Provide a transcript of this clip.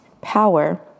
power